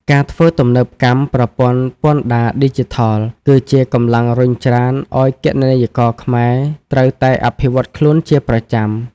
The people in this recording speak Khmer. ការធ្វើទំនើបកម្មប្រព័ន្ធពន្ធដារឌីជីថល គឺជាកម្លាំងរុញច្រានឱ្យគណនេយ្យករខ្មែរត្រូវតែអភិវឌ្ឍខ្លួនជាប្រចាំ។